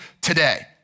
today